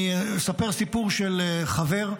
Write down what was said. אני אספר סיפור של חבר,